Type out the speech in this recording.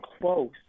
close